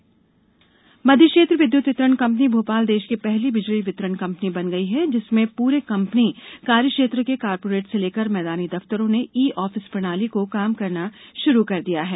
बिजली कंपनी मध्य क्षेत्र विद्युत वितरण कंपनी भोपाल देश की पहली बिजली वितरण कंपनी बन गई है जिसमें प्रे कंपनी कार्यक्षेत्र के कॉर्पोरेट से लेकर मैदानी दफ्तरों ने ई ऑफिस प्रणाली से काम करना शुरू कर दिया है